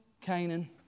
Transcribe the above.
Canaan